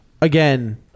Again